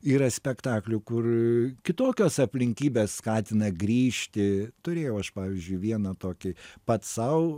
yra spektaklių kur kitokios aplinkybės skatina grįžti turėjau aš pavyzdžiui vieną tokį pats sau